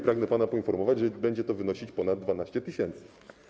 Pragnę pana poinformować, że będzie to wynosić ponad 12 tys.